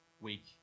week